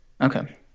okay